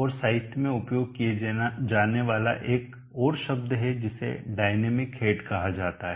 और साहित्य में उपयोग किया जाने वाला एक और शब्द है जिसे डायनामिक हेड कहा जाता है